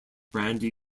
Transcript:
brandy